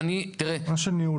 עניין של ניהול.